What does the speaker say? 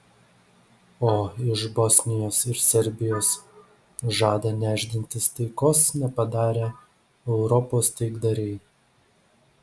o iš bosnijos ir serbijos žada nešdintis taikos nepadarę europos taikdariai